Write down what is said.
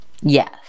yes